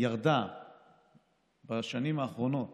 ירדה בשנים האחרונות